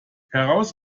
heraus